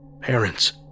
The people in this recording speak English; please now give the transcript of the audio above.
Parents